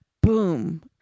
boom